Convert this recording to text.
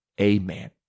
Amen